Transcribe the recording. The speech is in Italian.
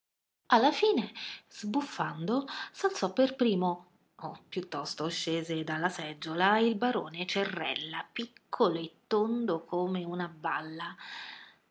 alla fine sbuffando s'alzò per primo o piuttosto scese dalla seggiola il barone cerrella piccolo e tondo come una balla